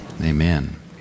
Amen